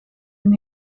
een